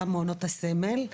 גם מעונות הסמל,